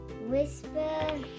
Whisper